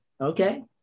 Okay